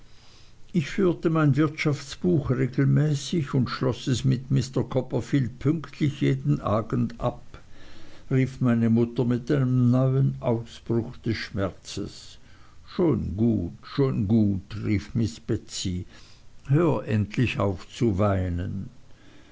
ich führte mein wirtschaftsbuch regelmäßig und schloß es mit mr copperfield pünktlich jeden abend ab rief meine mutter mit einem neuen ausbruch des schmerzes schon gut schon gut rief miß betsey hör endlich auf zu weinen